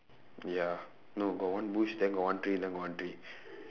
ya no got one bush then got one tree then got one tree